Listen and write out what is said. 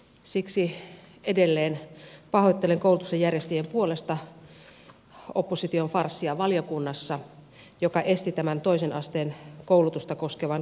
siksi edelleen pahoittelen koulutuksen järjestäjien puolesta opposition farssia valiokunnassa joka esti tämän toisen asteen koulutusta koskevan kokonaisuudistuksen käsittelyn